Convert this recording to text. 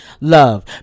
Love